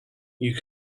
you